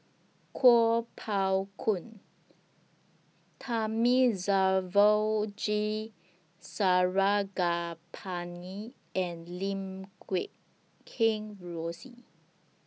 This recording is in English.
Kuo Pao Kun Thamizhavel G Sarangapani and Lim Guat Kheng Rosie